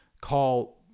call